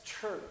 church